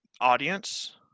audience